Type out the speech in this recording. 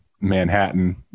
Manhattan